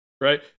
Right